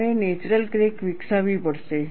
તમારે natural crack વિકસાવવી પડશે